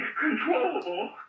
controllable